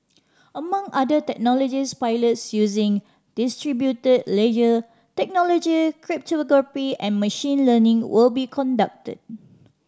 among other technologies pilots using distributed ledger technology cryptography and machine learning will be conducted